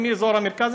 אני מאזור המרכז,